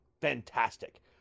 Fantastic